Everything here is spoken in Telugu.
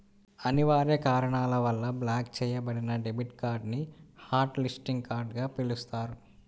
అనివార్య కారణాల వల్ల బ్లాక్ చెయ్యబడిన డెబిట్ కార్డ్ ని హాట్ లిస్టింగ్ కార్డ్ గా పిలుస్తారు